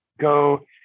go